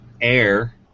air